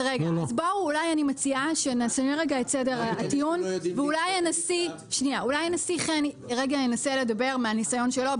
אני מציעה שנשנה רגע את סדר הטיעון ואולי הנשיא חן ידבר מהניסיון שלו.